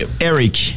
Eric